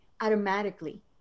automatically